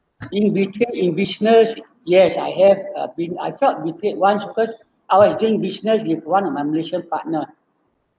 in retail in business yes I have uh been I felt betrayed once because I was doing business with one of my malaysia partner